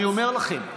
אני אומר לכם,